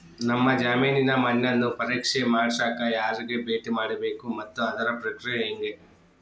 ನಮ್ಮ ಜಮೇನಿನ ಮಣ್ಣನ್ನು ಪರೇಕ್ಷೆ ಮಾಡ್ಸಕ ಯಾರಿಗೆ ಭೇಟಿ ಮಾಡಬೇಕು ಮತ್ತು ಅದರ ಪ್ರಕ್ರಿಯೆ ಹೆಂಗೆ?